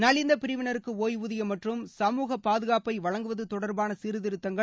நலிந்த பிரிவினருக்கு ஓய்வூதியம் மற்றும் சமூக பாதுகாப்பை வழங்குவது தொடர்பான சீர்திருத்தங்கள்